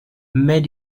mais